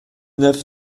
neuf